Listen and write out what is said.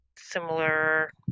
similar